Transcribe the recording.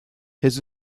his